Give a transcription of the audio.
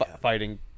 fighting